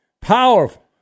powerful